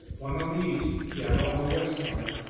one on the east, the other on the west side,